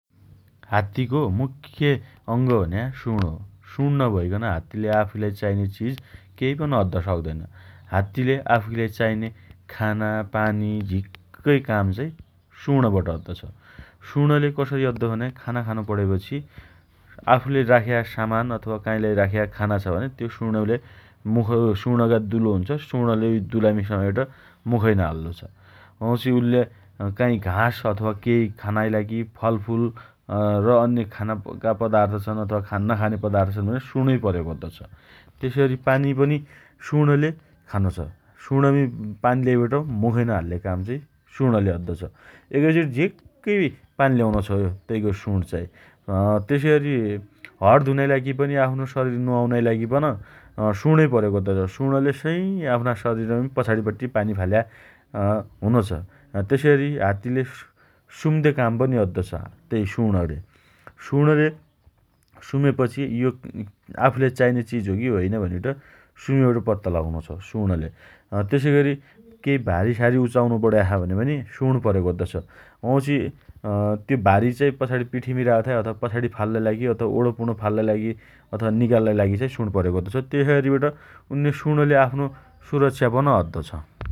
हात्तिको मुख्य अंग भन्या सुँण हो । सुँण नभइकन हात्तिले आफूलाई चाहिने चिज केही पन अद्द सक्तैन । हात्तिले आफूगिलाई चाहिने खाना, पानी, झिक्कै काम चाहि सुँणबट अद्दो छ । सुणले कसरी अद्दो छ भने खाना खानो पणेपछि आफूले राख्या समान अथवा काँइलाई राख्या खाना छ भने त्यो सुँणले मुखको सुँणका दूलो हुन्छ । सुँणले उही दूलामी समाइबट मुखइनो हाल्लो छ । वाउँछि उल्ले काई घाँस अथवा केइ खानाइ लागि फलफूल अँ र अन्य खानाका पदार्थ छन् अथवा नखाने पदार्थ छन् भने सुँण प्रयोग अद्दो छ । तेसरी पानी पनि सुँणले खानो छ । सुँणमी पानी लेइबठ मुखैनो हाल्ले काम लेइ सुणले अद्दो छ । एकैचोटी झिक्कै पानी ल्याउनो छ तैको सुँण चाहीँ । अँ तसैअरि हण धुनाइ लागि पनि आफ्नो शरिर नुहाउनाइ लागि पन अँ सुँणै प्रयोग अद्दो छ । सुँणले स्वाईँ आफ्ना शरिरमी पछाणिपट्टी पानी अँ हुनो छ । तसैअरि हात्तिले स्स् सुँङदे काम पनि अद्दो छ तेइ सुँणले । सुँणले सुमेपछि यो आफूलाई चाहिने चिज होकी होइन भनिबट सुमिबट पत्ता लाउनो छ सुँणले । तेसै अरि केइ भारीसारी उचाउनो पण्या छ भनेपनि सुँण प्रयोग अद्दो छ । वाउँछि अँ त्यो भारी पछाणि पिठीमी राख्ताइ अथवा पछाणि फाल्लाइ लागि अथवा ओणोपुँणो फाल्लाई लागि अथवा निगाल्लाई लागि सुँण प्रयोग अद्दो छ । तेसैअरिबट उन्ने सुँणले आफ्नो सुरक्षा पन अद्दो छ ।